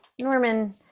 Norman